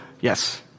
yes